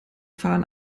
fahren